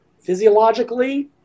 physiologically